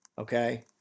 Okay